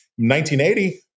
1980